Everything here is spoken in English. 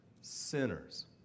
sinners